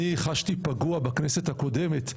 אני חשתי פגוע בכנסת הקודמת,